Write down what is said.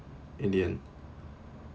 in the end